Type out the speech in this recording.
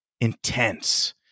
intense